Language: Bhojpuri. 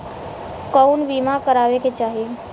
कउन बीमा करावें के चाही?